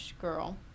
girl